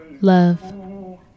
Love